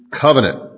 covenant